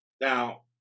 Now